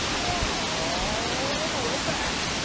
ah all the way back.